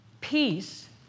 peace